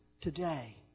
today